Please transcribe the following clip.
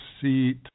seat